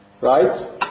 right